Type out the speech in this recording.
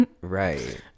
right